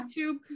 YouTube